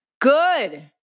good